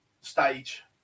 stage